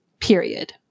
Period